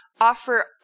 offer